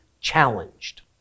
challenged